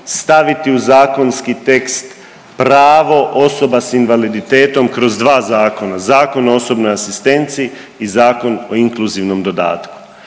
staviti u zakonski tekst pravo osoba i invaliditetom kroz dva zakona, Zakon o osobnoj asistenciji i Zakon o inkluzivnom dodatku.